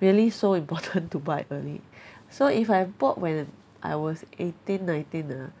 really so important to buy early so if I bought when I was eighteen nineteen ah